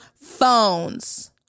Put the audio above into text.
phones